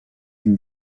can